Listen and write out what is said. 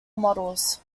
models